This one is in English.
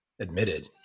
admitted